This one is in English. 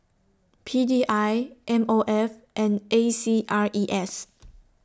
P D I M O F and A C R E S